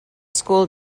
school